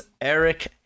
Eric